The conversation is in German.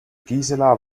gisela